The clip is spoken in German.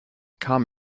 kam